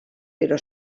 però